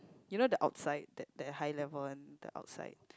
you know the outside that that high level one the outside